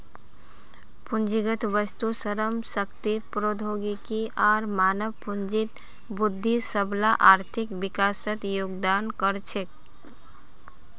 पूंजीगत वस्तु, श्रम शक्ति, प्रौद्योगिकी आर मानव पूंजीत वृद्धि सबला आर्थिक विकासत योगदान कर छेक